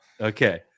Okay